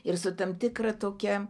ir su tam tikra tokia